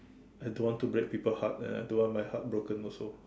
I don't want to break people heart and I don't want my heart broken also